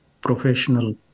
professional